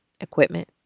Equipment